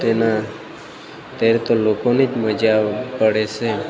તેના તે તો લોકોની જ મજા પડે છે